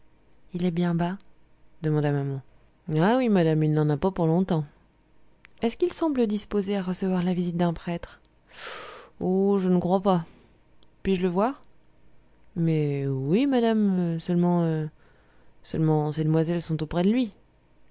il est bien bas demanda maman ah oui madame il n'en a pas pour longtemps est-ce qu'il semble disposé à recevoir la visite d'un prêtre oh je ne crois pas puis-je le voir mais oui madame seulement seulement ces demoiselles sont auprès de lui